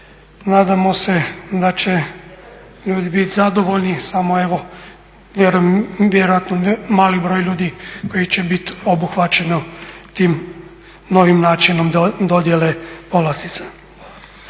Nadamo se da će ljudi biti zadovoljni samo evo vjerojatno mali broj ljudi koji će biti obuhvaćeno tim novim načinom dodjele povlastica.